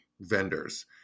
vendors